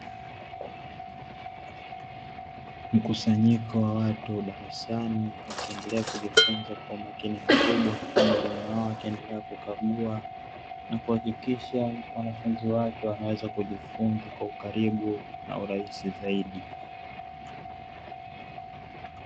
Mkusanyiko wa watu darasani wakiendelea kujifunza kwa umakini mkubwa kwa mwalimu wao akiendelea kukagua na kuhakikisha wanafunzi wake wanaweza kujifunza kwa ukaribu na urahisi zaidi.